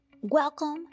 Welcome